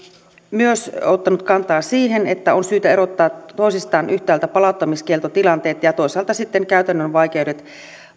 myös ottanut kantaa siihen että on syytä erottaa toisistaan yhtäältä palauttamiskieltotilanteet ja ja toisaalta sitten käytännön vaikeudet